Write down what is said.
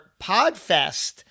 PodFest